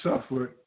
suffered